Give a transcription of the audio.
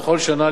בכל שנה,